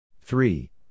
Three